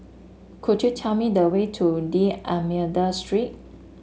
could you tell me the way to D'Almeida Street